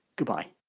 goodbye